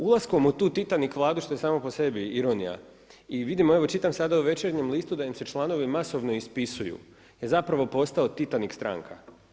Ulaskom u tu titanik Vladu, što je sama po sebi ironija i vidimo evo, čitam sada u Večernjem listu da im se članovi masovno ispisuju je zapravo postala titanik stranka.